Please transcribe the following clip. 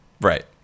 Right